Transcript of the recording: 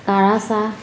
কাৰা চাহ